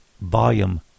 Volume